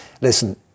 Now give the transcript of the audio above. listen